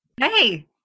Hey